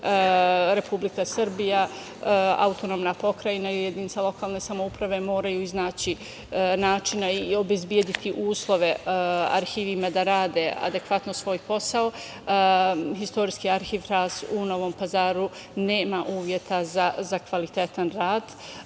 Republika Srbija, AP i jedinica lokalne samouprave moraju iznaći načina i obezbediti uslove arhivima da rade adekvatno svoj posao, Istorijski arhiv „Ras“ u Novom Pazaru nema uslova za kvalitetan rad. Oni